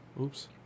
oops